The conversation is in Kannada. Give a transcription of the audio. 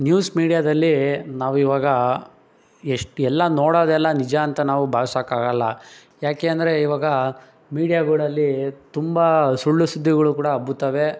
ನ್ಯೂಸ್ ಮೀಡ್ಯಾದಲ್ಲಿ ನಾವು ಇವಾಗ ಎಷ್ಟು ಎಲ್ಲ ನೋಡೋದೆಲ್ಲ ನಿಜ ಅಂತ ನಾವು ಭಾವ್ಸೋಕ್ಕಾಗಲ್ಲ ಯಾಕೆ ಅಂದರೆ ಇವಾಗ ಮೀಡ್ಯಾಗಳಲ್ಲಿ ತುಂಬ ಸುಳ್ಳು ಸುದ್ದಿಗಳೂ ಕೂಡ ಹಬ್ಬುತ್ತವೆ